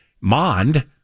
Mond